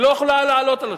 היא לא יכולה לעלות.